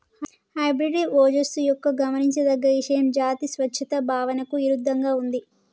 hybrid ఓజస్సు యొక్క గమనించదగ్గ ఇషయం జాతి స్వచ్ఛత భావనకు ఇరుద్దంగా ఉంది